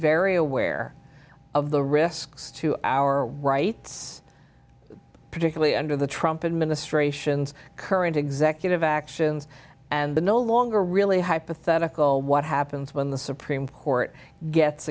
very aware of the risks to our rights particularly under the trump administration's current executive actions and the no longer really hypothetical what happens when the supreme court gets